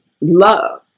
love